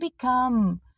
become